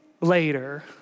later